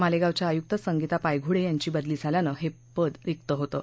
मालेगावच्या आयुक्त संगीता पायघुडे यांची बदली झाल्यानं हे पद रिक्त होतं